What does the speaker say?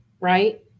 right